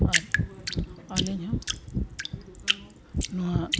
ᱟᱨ ᱟᱹᱞᱤᱧ ᱦᱚᱸ ᱱᱚᱣᱟ